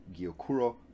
gyokuro